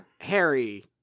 Harry